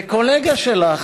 וקולגה שלה,